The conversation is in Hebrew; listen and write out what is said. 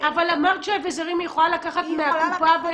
--- אבל אמרת שאביזרים היא יכולה לקחת מהקופה.